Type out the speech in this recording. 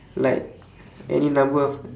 like any number of